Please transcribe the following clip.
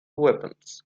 weapons